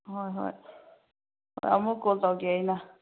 ꯍꯣꯏ ꯍꯣꯏ ꯑꯃꯨꯛ ꯀꯣꯜ ꯇꯧꯒꯦ ꯑꯩꯅ